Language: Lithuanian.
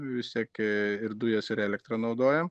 vis tiek ir dujas ir elektrą naudojam